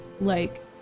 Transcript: like-